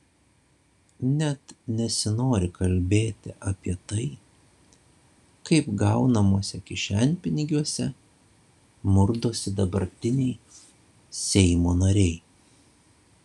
net nesinori kalbėti apie tai kaip gaunamuose kišenpinigiuose murdosi dabartiniai seimo nariai